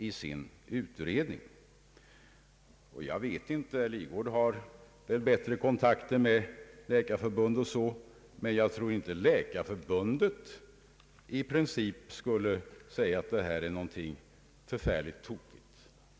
Jag vet inte om herr Lidgard har bättre kontakt med Läkarförbundet, men jag tror att förbundet i princip skulle vilja säga att detta förslag är mycket intressant.